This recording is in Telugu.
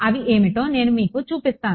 అవి ఏమిటో నేను మీకు చూపిస్తాను